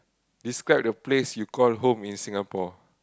describe the place you call home in Singapore